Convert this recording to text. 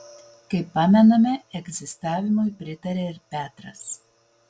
kaip pamename egzistavimui pritarė ir petras